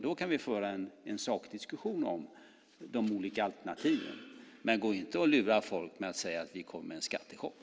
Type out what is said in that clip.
Då kan vi föra en sakdiskussion om de olika alternativen. Lura inte folk genom att säga att vi kommer med en skattechock!